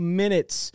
minutes